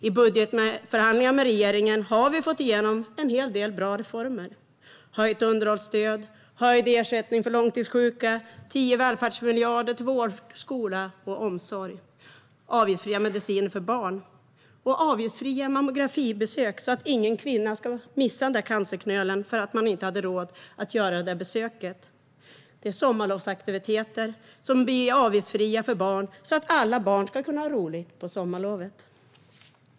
I budgetförhandlingar med regeringen har vi fått igenom en hel del bra reformer: höjt underhållsstöd, höjd ersättning för långtidssjuka, 10 välfärdsmiljarder till vård, skola och omsorg, avgiftsfria mediciner för barn och avgiftsfria mammografibesök så att ingen kvinna ska missa cancerknölen för att hon inte hade råd att göra det där besöket. Sommarlovsaktiviteter blir avgiftsfria för barn så att alla barn ska kunna ha roligt på sommarlovet.